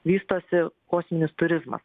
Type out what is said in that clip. vystosi kosminis turizmas